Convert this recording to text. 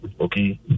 Okay